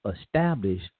establish